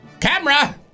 camera